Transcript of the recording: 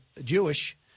Jewish